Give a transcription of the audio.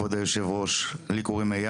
כבוד יושב הראש --- לא,